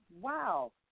Wow